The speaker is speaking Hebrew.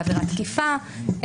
לעבירת תקיפה,